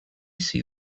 see